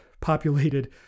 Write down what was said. populated